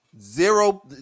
Zero